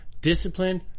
Discipline